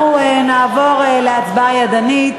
אנחנו נעבור להצבעה ידנית.